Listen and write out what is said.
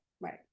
Right